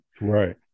Right